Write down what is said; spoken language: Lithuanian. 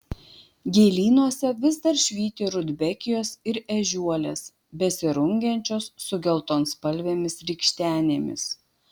gėlynuose vis dar švyti rudbekijos ir ežiuolės besirungiančios su geltonspalvėmis rykštenėmis